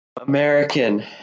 American